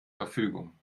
verfügung